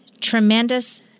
tremendous